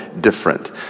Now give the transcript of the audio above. different